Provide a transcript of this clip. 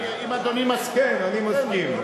אם אדוני מסכים, כן, אני מסכים.